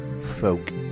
folk